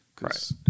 Right